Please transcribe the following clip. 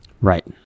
Right